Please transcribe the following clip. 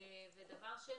דבר שני,